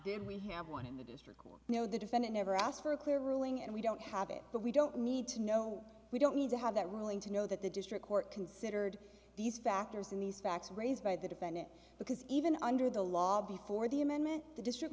did we have one in the district court no the defendant never asked for a clear ruling and we don't have it but we don't need to know we don't need to have that ruling to know that the district court considered these factors in these facts raised by the defendant because even under the law before the amendment the district